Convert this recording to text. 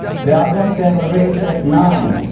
they are going to have a race at nine